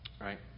Right